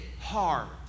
hard